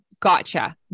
Gotcha